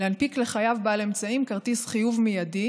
להנפיק לחייב בעל אמצעים כרטיס חיוב מיידי